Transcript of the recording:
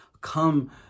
come